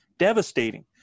devastating